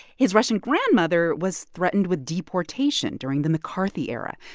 his russian grandmother was threatened with deportation during the mccarthy era.